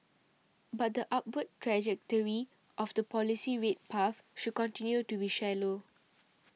but the upward trajectory of the policy rate path should continue to be shallow